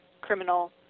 criminal